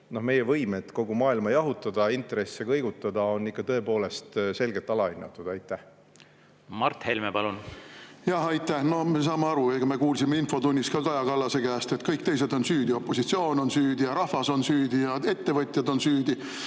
meie võimed kogu maailma jahutada, intresse kõigutada on ikka tõepoolest selgelt [üle]hinnatud. Mart Helme, palun! Mart Helme, palun! Jah, aitäh! No me saame aru, me kuulsime infotunnis seda ka Kaja Kallase käest, et kõik teised on süüdi: opositsioon on süüdi ja rahvas on süüdi ja ettevõtjad on süüdi.